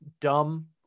dumb